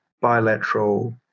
bilateral